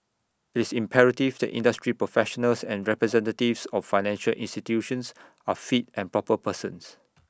it's imperative that industry professionals and representatives of financial institutions are fit and proper persons